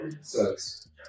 Sucks